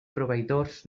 proveïdors